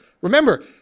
Remember